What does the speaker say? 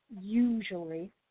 usually